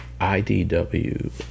IDW